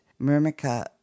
myrmica